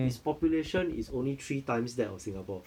its population is only three times that of singapore